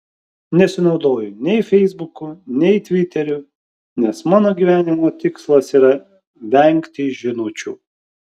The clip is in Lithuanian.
nesinaudoju nei feisbuku nei tviteriu nes mano gyvenimo tikslas yra vengti žinučių